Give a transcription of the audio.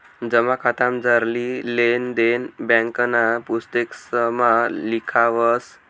जमा खातामझारली लेन देन ब्यांकना पुस्तकेसमा लिखावस